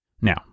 Now